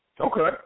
Okay